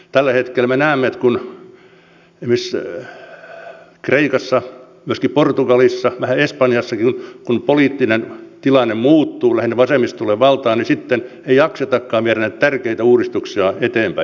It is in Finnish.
tällä hetkellä me näemme että kun esimerkiksi kreikassa myöskin portugalissa vähän espanjassakin poliittinen tilanne muuttuu lähinnä siten että vasemmisto tulee valtaan niin sitten ei jaksetakaan viedä näitä tärkeitä uudistuksia eteenpäin